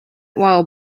while